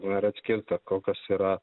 na ir atskirta kokios yra